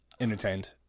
Entertained